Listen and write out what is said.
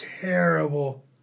terrible